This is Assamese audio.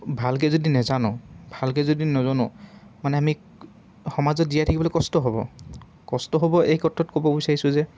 ভালকৈ যদি নেজানো ভালকৈ যদি নেজানো মানে আমি সমাজত জীয়াই থাকিবলৈ কষ্ট হ'ব কষ্ট হ'ব এই ক্ষেত্ৰত ক'ব বিচাৰিছোঁ যে